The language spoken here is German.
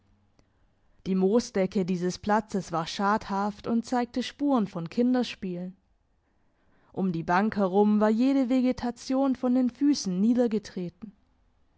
die moosdecke dieses platzes war schadhaft und zeigte spuren von kinderspielen um die bank herum war jede vegetation von den füssen